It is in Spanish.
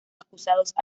acusados